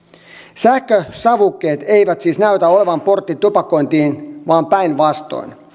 sähkösavukkeet eivät siis näytä olevan portti tupakointiin vaan päinvastoin